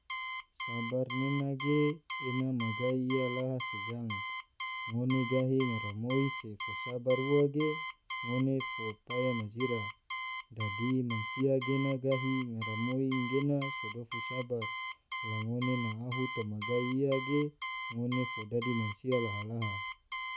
Sabar nena ge ena ma gai ia laha se jang, ngone gahi ngaramoi se fo sabar ua ge ngone fo paya majira dadi mansia gena gahi ngaramoi gena so dofu sabar la ngone na ahu toma gai ia ge ngone fo dadi mansia laha-laha.